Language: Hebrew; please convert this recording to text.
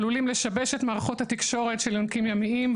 עלולים לשבש את מערכות התקשורת של יונקים ימיים,